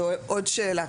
זו עוד שאלה,